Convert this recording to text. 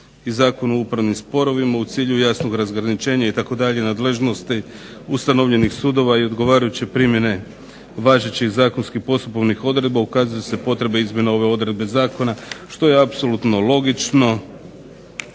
i Zakonu o upravnim sporovima u cilju jasnog razgraničenja itd. nadležnosti ustanovljenih sudova i odgovarajuće primjene važećih zakonskih postupovnih odredba ukazuje se potreba izmjene ove odredbe zakona što je apsolutno logično.